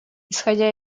исходя